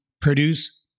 produce